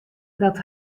dat